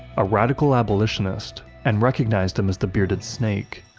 a radical abolitionist, and recognized him as the bearded snake.